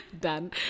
done